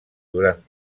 durant